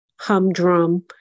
humdrum